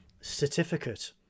certificate